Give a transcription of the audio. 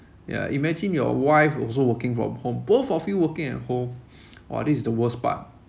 ya imagine your wife also working from home both of you working at home !wah! this is the worst part